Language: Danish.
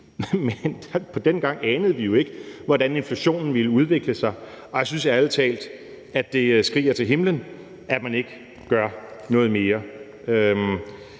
men dengang anede vi jo ikke, hvordan inflationen ville udvikle sig. Jeg synes ærlig talt, det skriger til himlen, at man ikke gør noget mere.